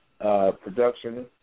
production